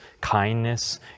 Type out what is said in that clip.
kindness